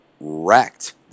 wrecked